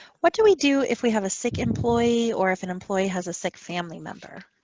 what do we do if we have a sick employee or if an employee has a sick family member?